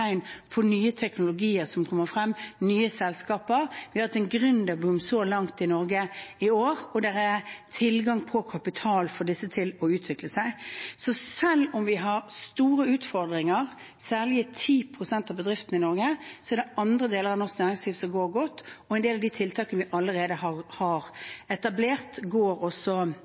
på nye teknologier som kommer frem, nye selskaper. Vi har hatt en gründerboom så langt i Norge i år, og det er tilgang på kapital for disse til å utvikle seg. Så selv om vi har store utfordringer, særlig i 10 pst. av bedriftene i Norge, er det andre deler av norsk næringsliv som går godt. Og en del av de tiltakene vi allerede har etablert, bidrar også